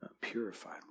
purified